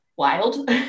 wild